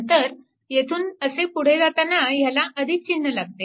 नंतर येथून असे पुढे जाताना ह्याला चिन्ह लागते